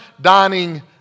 dining